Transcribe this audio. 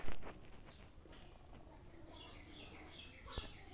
মোবাইলের মইধ্যে দিয়া কি ফসল অনলাইনে বেঁচে দেওয়া সম্ভব?